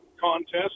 contest